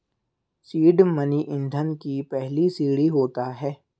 seed money ईंधन की पहली सीढ़ी होता है